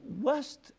west